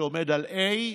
שעומד על A,